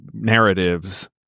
narratives